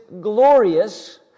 glorious